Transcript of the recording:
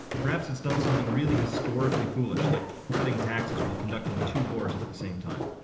perhaps it done something really historically foolish like cutting taxes while conducting two wars at the same time.